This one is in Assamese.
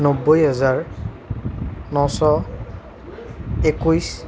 নব্বৈ হাজাৰ নশ একৈশ